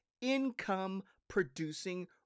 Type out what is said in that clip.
income-producing